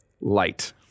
Light